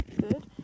good